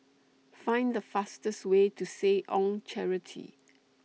Find The fastest Way to Seh Ong Charity